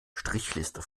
strichliste